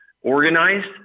organized